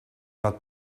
not